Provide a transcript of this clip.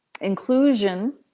inclusion